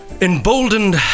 emboldened